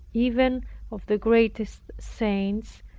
even of the greatest saints,